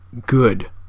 good